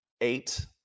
eight